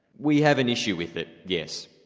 we have an issue with it, yes.